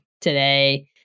today